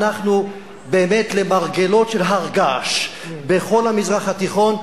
אנחנו באמת למרגלות של הר געש בכל המזרח התיכון.